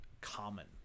Common